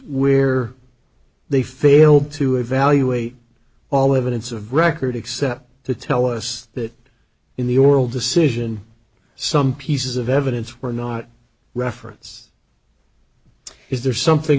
where they failed to evaluate all evidence of record except to tell us that in the oral decision some pieces of evidence were not reference is there something